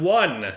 one